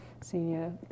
senior